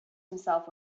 himself